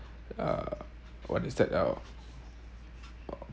uh what is that uh